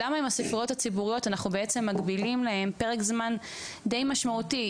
למה עם הספריות הציבוריות אנחנו בעצם מגבילים להם פרק זמן די משמעותי,